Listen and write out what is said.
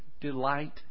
delight